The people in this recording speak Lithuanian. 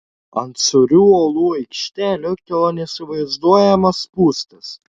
ant siaurų uolų aikštelių kilo neįsivaizduojama spūstis